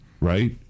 Right